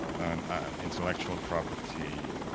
and intellectual property.